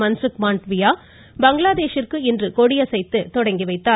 மன்சுக் மாண்டவியா பங்களாதேஷ் ற்கு இன்று கொடியசைத்து துவக்கி வைத்தார்